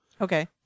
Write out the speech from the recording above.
Okay